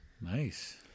Nice